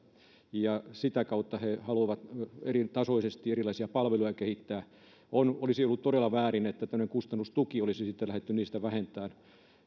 ja sitä kautta he haluavat eritasoisesti erilaisia palveluja kehittää olisi ollut todella väärin että tämmöinen kustannustuki olisi sitten lähdetty niistä vähentämään